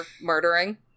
murdering